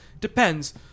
Depends